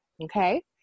okay